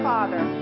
Father